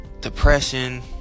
depression